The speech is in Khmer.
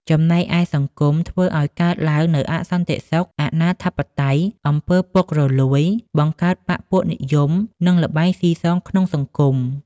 ចំណែកឯ សង្គមធ្វើឲ្យកើតឡើងនូវអសន្តិសុខ អនាធិបតេយ្យ អំពី ពុករលួយ បង្កើតបក្សពួកនិយម និងល្បែងស៊ីសងក្នុងសង្គម។